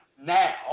now